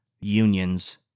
Unions